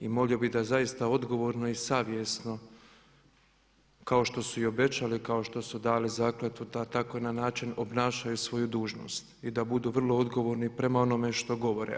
I molio bih da zaista odgovorno i savjesno kao što su i obećali, kao što su dali zakletvu da na takav način i obnašaju svoju dužnost i da budu vrlo odgovorni prema onome što govore.